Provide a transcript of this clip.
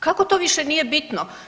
Kako to više nije bitno?